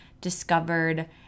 discovered